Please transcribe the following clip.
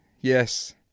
Yes